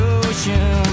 ocean